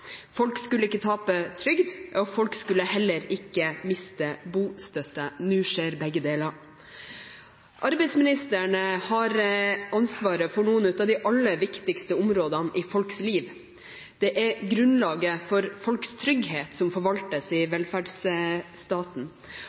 Folk skulle ikke tape trygd, og folk skulle heller ikke miste bostøtte. Nå skjer begge deler. Arbeidsministeren har ansvaret for noen av de aller viktigste områdene i folks liv. Det er grunnlaget for folks trygghet som forvaltes i velferdsstaten,